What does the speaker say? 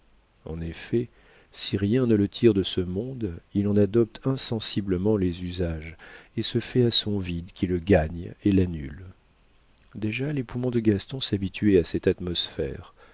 en effet si rien ne le tire de ce monde il en adopte insensiblement les usages et se fait à son vide qui le gagne et l'annule déjà les poumons de gaston s'habituaient à cette atmosphère